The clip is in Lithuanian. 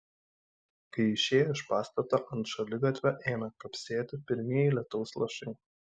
kai išėjo iš pastato ant šaligatvio ėmė kapsėti pirmieji lietaus lašai